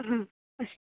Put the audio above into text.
अस्तु